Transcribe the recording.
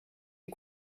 die